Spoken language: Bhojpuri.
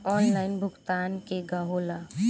आनलाइन भुगतान केगा होला?